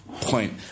point